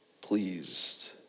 pleased